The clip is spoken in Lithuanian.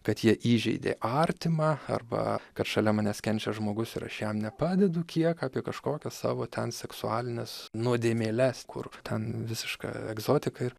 kad jie įžeidė artimą arba kad šalia manęs kenčia žmogus ir aš jam nepadedu kiek apie kažkokias savo ten seksualines nuodėmėles kur ten visiška egzotika ir